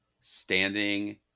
standing